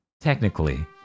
technically